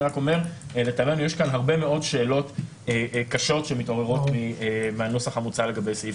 אני רק אומר שלטעמנו שאלות קשות רבות מתעוררות בנוסח המוצע לגבי סעיף